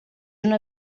una